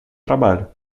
trabalho